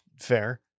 fair